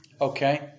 Okay